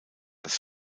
das